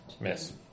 Miss